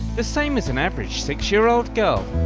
the same as an average six year old girl.